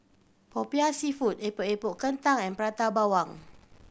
Popiah Seafood Epok Epok Kentang and Prata Bawang